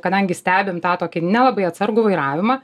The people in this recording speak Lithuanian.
kadangi stebim tą tokį nelabai atsargų vairavimą